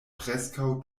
preskaŭ